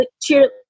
cheer